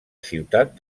ciutat